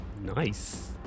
nice